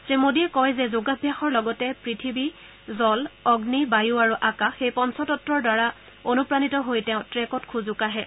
শ্ৰীমোদীয়ে কয় যে যোগাভ্যাসৰ লগতে পৃথিৱী জল অগ্নি বায়ু আৰু আকাশ এই পঞ্চতত্বৰ দ্বাৰা অনুপ্ৰাণিত হৈ তেওঁ ট্ৰেকত খোজো কাঢ়ে